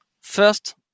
first